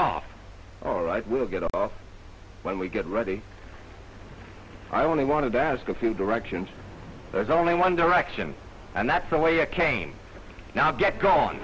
off all right we'll get off when we get ready i want i want to ask a few directions there's only one direction and that's the way it came now get gone